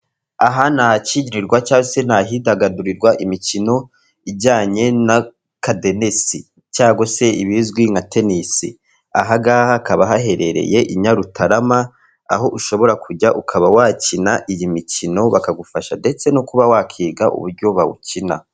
Aha ni ahakinirirwa cya se ahidagadurirwa imikino ijyanye n'akadenesi cyangwa se ibizwi nka tenisi. Aha ngaha hakaba haherereye i Nyarutarama, aho ushobora kujya ukaba wakina iyi mikino, bakagufasha ndetse no kuba wakwiga uburyo bawukina..